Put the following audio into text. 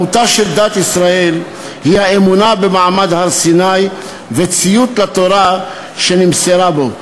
מהותה של דת ישראל היא האמונה במעמד הר-סיני וציות לתורה שנמסרה בו,